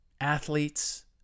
athletes